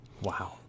Wow